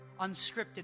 unscripted